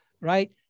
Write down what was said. right